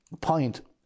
point